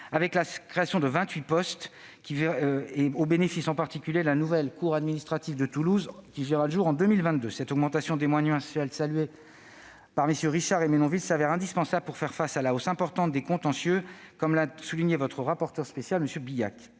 avec la création de 28 postes, notamment au bénéfice de la nouvelle cour administrative d'appel de Toulouse qui verra le jour en 2022. Cette augmentation des moyens, saluée par MM. Richard et Menonville, s'avère indispensable pour faire face à la hausse importante des contentieux, comme l'a souligné votre rapporteur spécial, M. Bilhac.